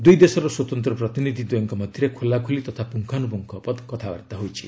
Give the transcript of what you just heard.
ଦୁଇ ଦେଶର ସ୍ୱତନ୍ତ୍ର ପ୍ରତିନିଧି ଦ୍ୱୟଙ୍କ ମଧ୍ୟରେ ଖୋଲାଖୋଲି ତଥା ପୁଙ୍ଖାନୁପୁଙ୍ଖ କଥାବାର୍ତ୍ତା ହୋଇଛି